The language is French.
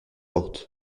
porte